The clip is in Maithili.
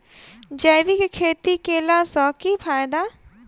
जैविक खेती केला सऽ की फायदा?